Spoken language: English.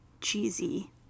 cheesy